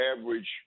average